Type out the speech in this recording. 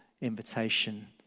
invitation